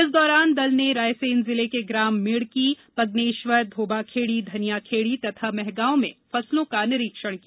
इस दौरान दल ने रायसेन जिले के ग्राम मेढ़की पग्नेश्वर धोबाखेड़ी धनियाखेड़ी तथा मेहगांव में फसलों का निरीक्षण किया